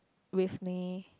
with me